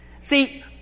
See